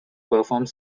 performs